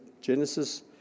Genesis